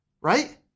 right